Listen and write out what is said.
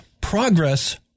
progress